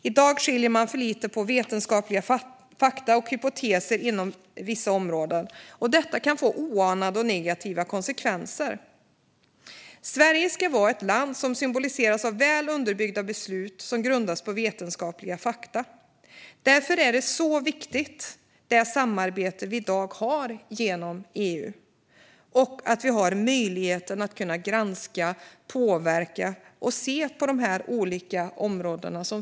I dag skiljer man för lite på vetenskapliga fakta och hypoteser inom vissa områden, och detta kan få oanade och negativa konsekvenser. Sverige ska vara ett land som kännetecknas av väl underbyggda beslut som grundas på vetenskapliga fakta. Därför är det samarbete vi i dag har genom EU så viktigt, liksom möjligheten att granska, påverka och titta på de olika områdena.